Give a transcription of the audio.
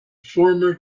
former